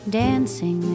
dancing